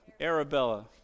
Arabella